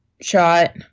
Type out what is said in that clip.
shot